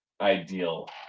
ideal